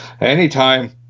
anytime